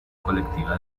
colectiva